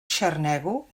xarnego